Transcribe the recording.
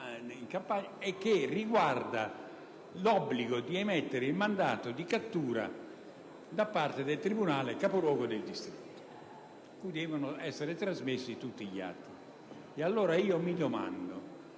e riguarda l'obbligo di emettere il mandato di cattura da parte del tribunale capoluogo del distretto, cui devono essere trasmessi tutti gli atti. Mi domando